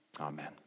amen